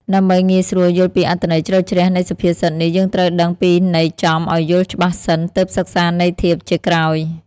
ដើម្បីងាយស្រួលយល់ពីអត្ថន័យជ្រៅជ្រះនៃសុភាសិតនេះ យើងត្រូវដឹងពីន័យចំឱ្យយល់ច្បាស់សិន ទើបសិក្សាន័យធៀបជាក្រោយ។